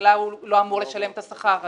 ממילא הוא לא אמור לשלם את השכר הזה.